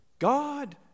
God